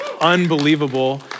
unbelievable